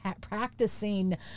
practicing